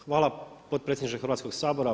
Hvala potpredsjedniče Hrvatskoga sabora.